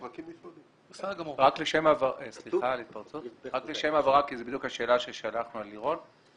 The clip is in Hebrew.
רק לשם ההבהרה כי זה בדיוק השאלה ששלחנו ללירון,